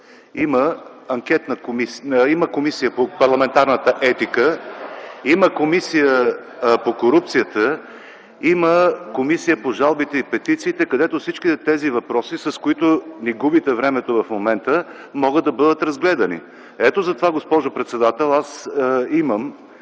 Има Комисия по парламентарната етика, има Комисия по корупцията, има Комисия по жалбите и петициите, където всичките тези въпроси, с които ни губите времето в момента, могат да бъдат разгледани. Ето затова, госпожо председател, аз имам